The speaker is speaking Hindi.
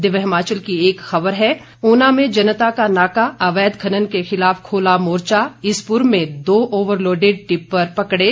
दिव्य हिमाचल की एक खबर है ऊना में जनता का नाका अवैध खनन के खिलाफ खोला मोर्चा ईसपुर में दो ओवरलोडेड टिप्पर पकड़े